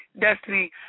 destiny